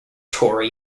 tori